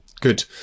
Good